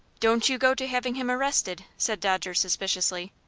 don't you go to having him arrested, said dodger, suspiciously.